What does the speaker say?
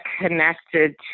connected